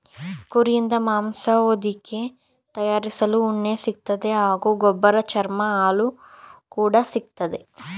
ಕುರಿಯಿಂದ ಮಾಂಸ ಹೊದಿಕೆ ತಯಾರಿಸಲು ಉಣ್ಣೆ ಸಿಗ್ತದೆ ಹಾಗೂ ಗೊಬ್ಬರ ಚರ್ಮ ಹಾಲು ಕೂಡ ಸಿಕ್ತದೆ